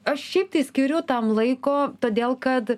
aš šiaip tai skiriu tam laiko todėl kad